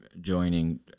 joining